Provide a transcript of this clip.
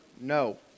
no